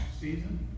season